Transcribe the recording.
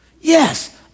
Yes